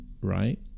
right